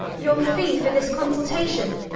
your fee for this consultation?